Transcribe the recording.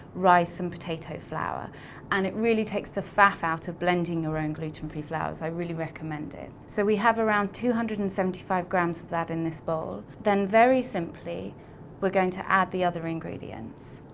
rice, and potato flour and it really takes the fat out of blending your own gluten-free flour, so i really recommend it. so we have around two hundred and seventy five grams of that in this bowl. then very simply we're going to add the other ingredients.